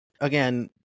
again